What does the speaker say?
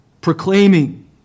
proclaiming